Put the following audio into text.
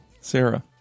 Sarah